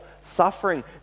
suffering